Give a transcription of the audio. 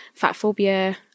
fatphobia